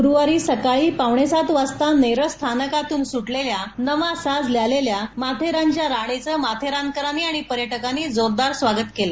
ग्रूवारी सकाळी पावणेसात वाजता नेरळ स्थानकातून सुटलेल्या नवा साज ल्यालेल्या माथेरानच्या राणीचं माथेरानकरांनी आणि पर्यटकांनी जोरदार स्वागत केलं